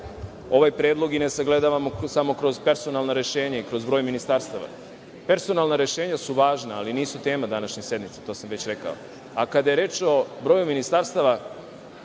ovaj predlog i ne sagledavamo samo kroz personalna rešenja i kroz broj ministarstava. Personalna rešenja su važna, ali nisu tema današnje sednice, to sam već rekao. Kada je reč o broju ministarstava,